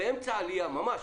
באמצע העלייה ממש,